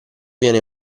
viene